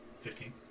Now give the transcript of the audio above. Fifteen